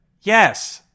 Yes